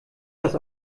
das